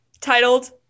titled